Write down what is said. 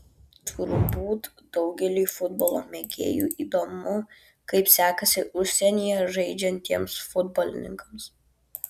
turbūt daugeliui futbolo mėgėjų įdomu kaip sekasi užsienyje žaidžiantiems futbolininkams